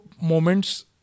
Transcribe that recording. moments